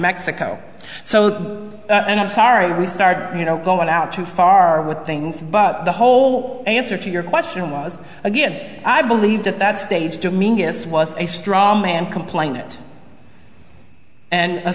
mexico so and i'm sorry we start you know going out too far with things but the whole answer to your question was again i believed at that stage to mean this was a straw man complain it and a